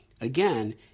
Again